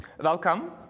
Welcome